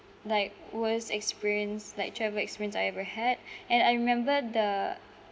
like worst experience like travel experience I ever had and I remember the